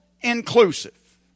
inclusive